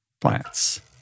plants